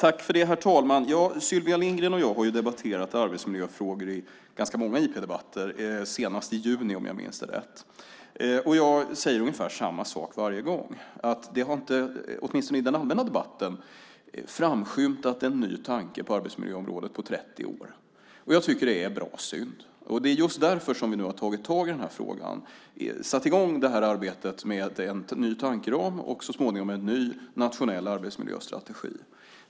Herr talman! Sylvia Lindgren och jag har debatterat arbetsmiljöfrågor i ganska många interpellationsdebatter, senast i juni om jag minns rätt. Jag säger ungefär samma sak varje gång, nämligen att det åtminstone i den allmänna debatten inte har framskymtat en ny tanke på arbetsmiljöområdet på 30 år, och jag tycker att det är bra synd. Det är just därför som vi nu har tagit tag i denna fråga och satt i gång detta arbete med en ny tankeram. Så småningom blir det också en ny nationell arbetsmiljöstrategi.